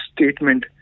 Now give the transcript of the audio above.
statement